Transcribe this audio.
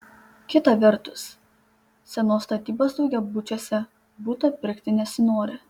kita vertus senos statybos daugiabučiuose buto pirkti nesinori